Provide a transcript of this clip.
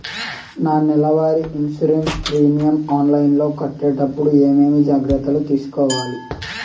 నా నెల వారి ఇన్సూరెన్సు ప్రీమియం ఆన్లైన్లో కట్టేటప్పుడు ఏమేమి జాగ్రత్త లు తీసుకోవాలి?